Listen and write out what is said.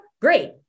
Great